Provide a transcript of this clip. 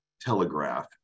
Telegraph